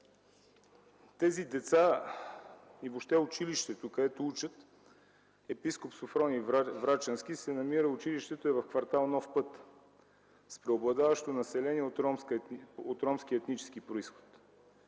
Тези деца и въобще училището „Епископ Софроний Врачански” се намират в квартал „Нов път” с преобладаващо население от ромски етнически произход.